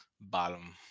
bottom